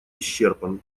исчерпан